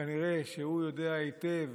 כנראה שהוא יודע היטב,